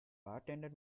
bartender